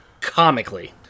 comically